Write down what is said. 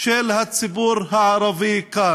של הציבור הערבי, כאן.